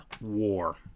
war